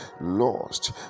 lost